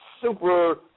super